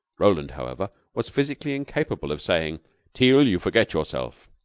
roland, however, was physically incapable of saying teal, you forget yourself!